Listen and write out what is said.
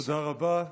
תודה רבה.